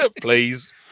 please